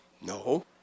No